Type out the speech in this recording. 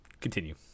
Continue